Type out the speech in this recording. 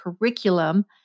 curriculum